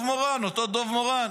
דב מורן, אותו דב מורן.